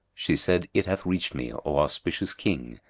she said, it hath reached me, o auspicious king,